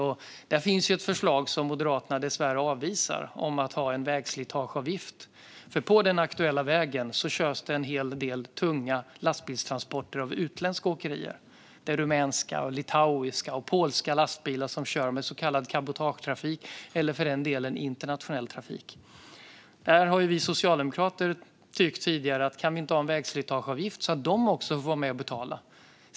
Och det finns ett förslag om en vägslitageavgift, som Moderaterna dessvärre avvisar. På den aktuella vägen körs det en hel del tunga lastbilstransporter av utländska åkerier. Det är rumänska, litauiska och polska lastbilar som kör i så kallad cabotagetrafik eller för den delen internationell trafik. Vi socialdemokrater har tidigare tyckt att vi kan ha en vägslitageavgift så att de också får vara med och betala.